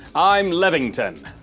i'm levington!